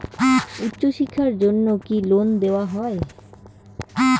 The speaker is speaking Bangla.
উচ্চশিক্ষার জন্য কি লোন দেওয়া হয়?